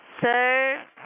Sir